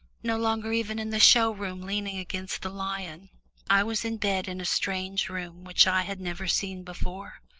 no longer even in the show-room leaning against the lion i was in bed in a strange room which i had never seen before.